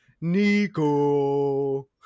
Nico